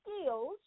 skills